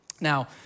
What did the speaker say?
Now